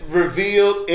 revealed